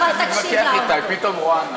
אבל תקשיב לעובדות.